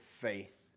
faith